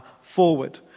forward